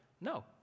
No